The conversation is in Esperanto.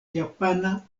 japana